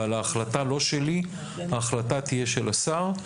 ההחלטה היא לא שלי אלא ההחלטה תהיה של השר.